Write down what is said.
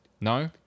No